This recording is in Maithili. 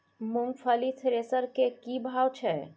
मूंगफली थ्रेसर के की भाव छै?